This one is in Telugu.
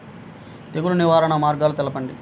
తెగులు నివారణ మార్గాలు తెలపండి?